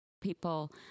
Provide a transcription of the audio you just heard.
people